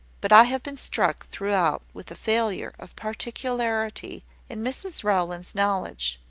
but i have been struck throughout with a failure of particularity in mrs rowland's knowledge.